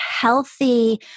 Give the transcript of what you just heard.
healthy